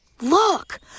Look